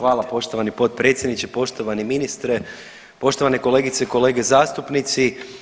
Hvala poštovani potpredsjedniče, poštovani ministre, poštovane kolegice i kolege zastupnici.